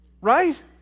Right